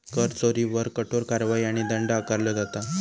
कर चोरीवर कठोर कारवाई आणि दंड आकारलो जाता